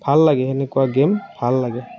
ভাল লাগে এনেকুৱা গেম ভাল লাগে